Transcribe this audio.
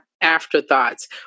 afterthoughts